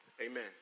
Amen